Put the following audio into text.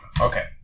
Okay